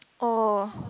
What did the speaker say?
oh